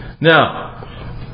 Now